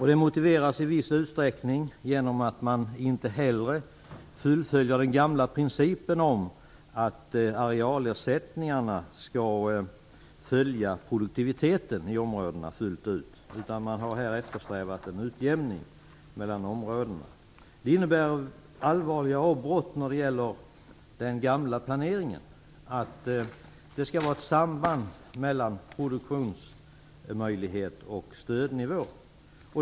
Det motiveras i viss utsträckning genom att man inte heller fullföljer den gamla principen om att arealersättningarna skall följa produktiviteten i områdena fullt ut, utan man har eftersträvat utjämning mellan områdena. Det innebär allvarliga avbrott när det gäller den gamla planeringen, att det skall vara ett samband mellan produktionsmöjlighet och stödnivå.